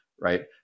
Right